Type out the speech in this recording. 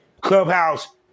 Clubhouse